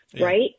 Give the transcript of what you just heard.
right